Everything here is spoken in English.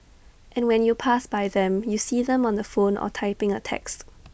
and when you pass by them you see them on the phone or typing A text